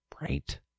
Right